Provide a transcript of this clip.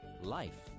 life